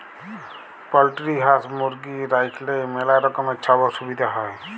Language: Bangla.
পলটিরি হাঁস, মুরগি রাইখলেই ম্যালা রকমের ছব অসুবিধা হ্যয়